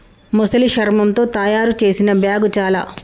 మొసలి శర్మముతో తాయారు చేసిన బ్యాగ్ చాల